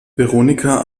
veronika